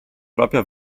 proprio